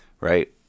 Right